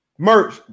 merch